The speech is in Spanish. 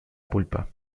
pulpa